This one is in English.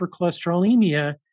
hypercholesterolemia